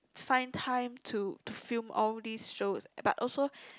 find time to to film all this shows eh but also